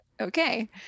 okay